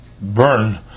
burn